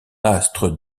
astre